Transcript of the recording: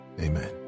amen